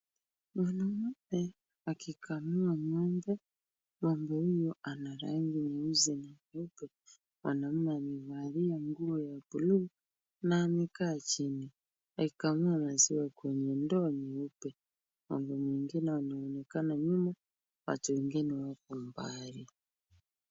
Mwanaume akikamua ng'ombe. Ng'ombe huyo ana rangi nyeusi na nyeupe. Mwanaume amevalia nguo ya buluu na amekaa chini akikamua maziwa kwenye ndoo nyeupe. Ng'ombe mwingine anaonekana nyuma, watu wengine wako mbali.